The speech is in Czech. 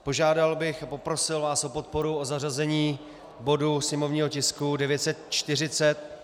Požádal bych a poprosil vás o podporu zařazení sněmovního tisku 940.